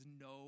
no